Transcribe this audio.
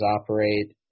operate